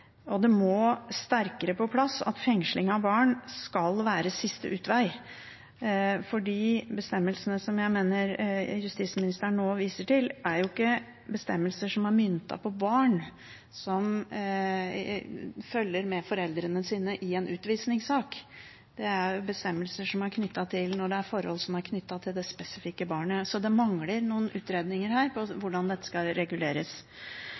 siste utvei, må sterkere på plass, for bestemmelsene som justisministeren nå viser til, er ikke bestemmelser som er myntet på barn som følger med foreldrene sine i en utvisningssak. Det er bestemmelser om forhold som ikke er knyttet til det enkelte barn. Det mangler noen utredninger om hvordan dette skal reguleres.